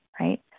right